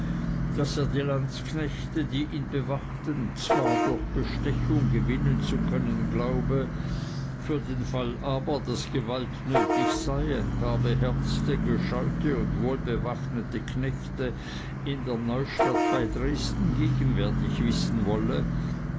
daß er die landsknechte die ihn bewachten zwar durch bestechung gewinnen zu können glaube für den fall aber daß gewalt nötig sei ein paar beherzte gescheute und wohlbewaffnete knechte in der neustadt bei dresden gegenwärtig wissen wolle